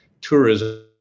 tourism